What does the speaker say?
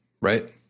right